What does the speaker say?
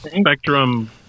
Spectrum